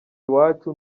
iwacu